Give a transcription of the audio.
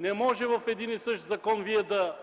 Не може в един и същи закон Вие да